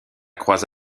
croise